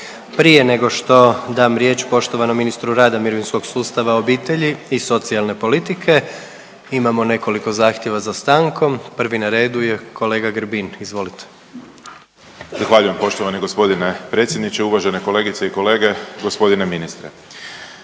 Prije nego što dam riječ poštovanom ministru rada, mirovinskog sustava, obitelji i socijalne politike imamo nekoliko zahtjeva za stankom. Prvi na redu je kolega Grbin, izvolite. **Grbin, Peđa (SDP)** Zahvaljujem poštovani g. predsjedniče. Uvažene kolegice i kolege, gospodine ministre.